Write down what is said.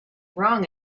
wrong